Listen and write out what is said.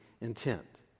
intent